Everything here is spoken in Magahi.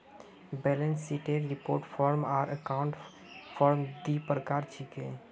बैलेंस शीटेर रिपोर्ट फॉर्म आर अकाउंट फॉर्म दी प्रकार छिके